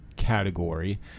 category